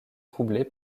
troublé